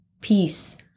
peace